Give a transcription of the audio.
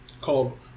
called